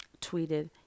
tweeted